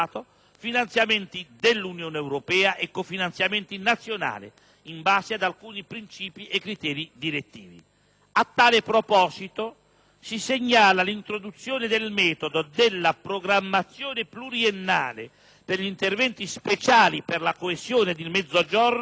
finanziamento dell'Unione europea (UE) e cofinanziamenti nazionali, in base ad alcuni principi e criteri direttivi. A tale proposito si segnala l'introduzione del metodo della programmazione pluriennale per gli interventi speciali per la coesione e il Mezzogiorno,